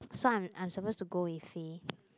so I'm I'm supposed to go with Faye